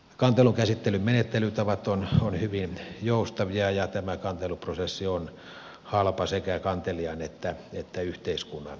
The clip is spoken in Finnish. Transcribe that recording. kantelukäsittelyn menettelytavat ovat hyvin joustavia ja tämä kanteluprosessi on halpa sekä kantelijan että yhteiskunnan kannalta